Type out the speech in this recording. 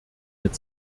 mit